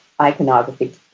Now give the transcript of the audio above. iconography